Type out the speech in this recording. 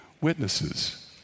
witnesses